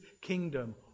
kingdom